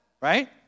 right